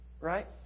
right